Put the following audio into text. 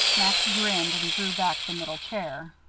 max grinned and drew back the middle chair.